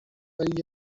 ولی